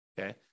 Okay